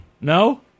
No